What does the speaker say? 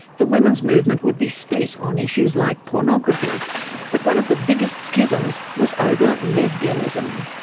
the women's movement would be split on issues like pornography but one of the biggest schisms was over lesbianism.